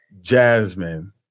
Jasmine